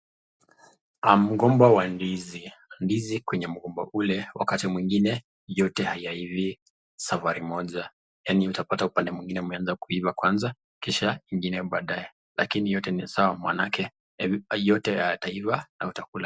Mgomba wa ndizi. Ndizi kwenye mgomba ule, wakati mwingine yote hayaivi safari moja yaani utapata upande mwengine umeanza kuiva kwanza kisha ingine baadae lakini yote ni sawa maanake yote yataiva na utakula.